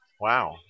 Wow